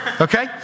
Okay